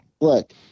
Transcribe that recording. look